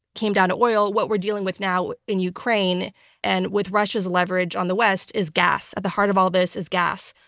came down to oil. what we're dealing with now in ukraine and with russia's leverage on the west is gas. at the heart of all this is gas.